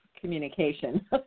communication